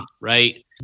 right